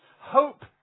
Hope